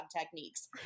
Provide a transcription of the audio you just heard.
techniques